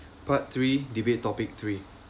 part three debate topic three